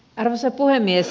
arvoisa puhemies